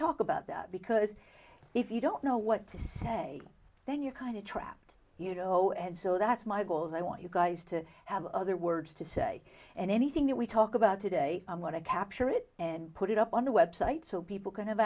talk about that because if you don't know what to say then you're kind of trapped you know and so that's my goal is i want you guys to have other words to say and anything that we talk about today i'm going to capture it and put it up on the website so people can have